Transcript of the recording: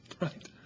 right